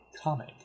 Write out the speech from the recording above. comic